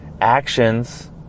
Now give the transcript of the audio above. actions